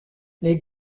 les